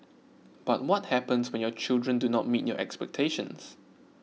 but what happens when your children do not meet your expectations